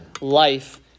life